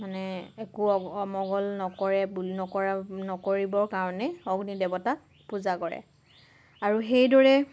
মানে একো অমং অমংগল নকৰে নকৰে নকৰিবৰ কাৰণেই অগ্নি দেৱতাক পূজা কৰে আৰু সেইদৰেই